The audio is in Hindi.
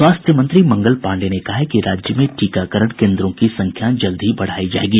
स्वास्थ्य मंत्री मंगल पांडेय ने कहा है कि राज्य में टीकाकरण केन्द्रों की संख्या जल्द ही बढ़ाई जायेगी